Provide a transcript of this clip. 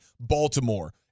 Baltimore